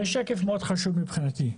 זה שקף מאוד חשוב מבחינתי.